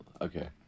Okay